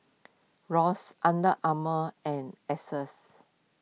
Rose Under Armour and Asics